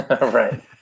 right